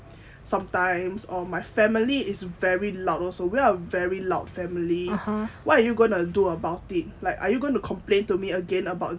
sometimes or my family is very loud also we're very loud family what you gonna do about it like are you going to complain to me again about this